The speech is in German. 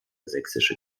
sächsische